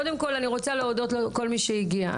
קודם כל אני רוצה להודות לכל מי שהגיע.